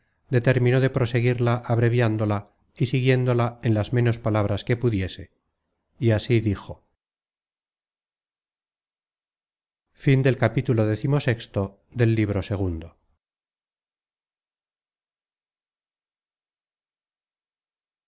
determinó de proseguirla abreviándola y siguiéndola en las menos palabras que pudiese y así dijo content